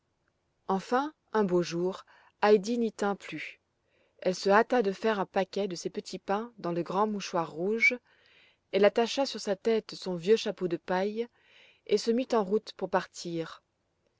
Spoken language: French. enfin un beau jour heidi n'y tint plus elle se hâta de faire un paquet de ses petits pains dans le grand mouchoir rouge elle attacha sur sa tête son vieux chapeau de paille et se mit en route pour partir